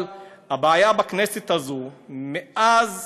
אבל הבעיה בכנסת הזאת: מאז